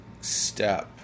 step